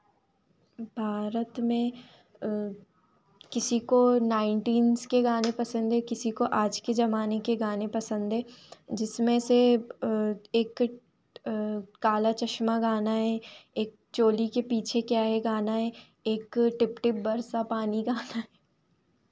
भारत में किसी को नाइनटीन्स के गाने पसन्द है किसी को आज के ज़माने के गाने पसन्द है जिसमें से एक काला चश्मा गाना है एक चोली के पीछे क्या है गाना है एक टिप टिप बरसा पानी गाना है